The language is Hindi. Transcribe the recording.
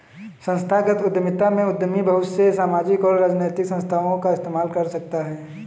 संस्थागत उद्यमिता में उद्यमी बहुत से सामाजिक और राजनैतिक संस्थाओं का इस्तेमाल कर सकता है